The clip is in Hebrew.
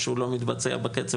משהו לא מתבצע בקצב,